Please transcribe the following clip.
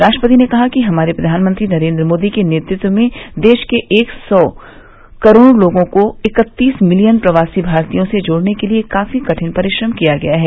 राष्ट्रपति ने कहा कि हमारे प्रधानमंत्री नरेन्द्र मोदी के नेतृत्व में देश के एक सौ करोड़ लोगों को इक्कतीस मिलियन प्रवासी भारतियों से जोड़ने के लिए काफी कठिन परिश्रम किया गया है